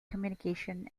communication